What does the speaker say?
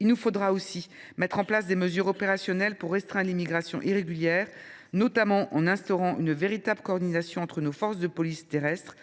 Il nous faudra aussi prendre des mesures opérationnelles pour restreindre l’immigration irrégulière, notamment en instaurant une véritable coordination entre nos forces de police terrestres,